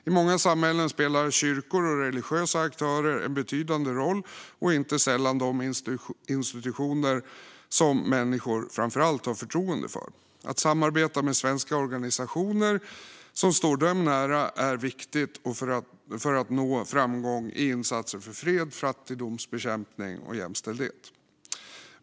I många samhällen spelar kyrkor och religiösa aktörer en betydande roll och är inte sällan de institutioner som människor framför allt har förtroende för. Att samarbeta med svenska organisationer som står dem nära är viktigt för att nå framgång i insatser för fred, fattigdomsbekämpning och jämställdhet.